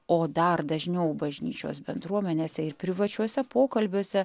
o dar dažniau bažnyčios bendruomenėse ir privačiuose pokalbiuose